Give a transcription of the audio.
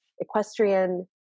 equestrian